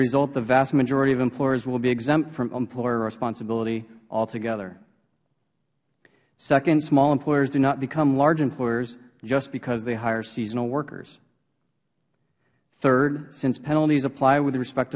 result the vast majority of employers will be exempt from employer responsibility altogether second small employers do not become large employers just because they hire seasonal workers third since penalties apply with respect